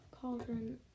cauldron